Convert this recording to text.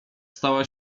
stała